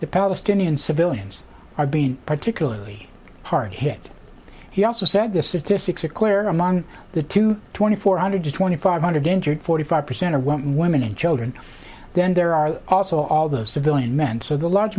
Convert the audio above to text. the palestinian civilians are being particularly hard hit he also said the statistics are clear among the two twenty four hundred twenty five hundred injured forty five percent of one in children then there are also all those civilian men so the large